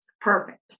Perfect